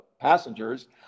passengers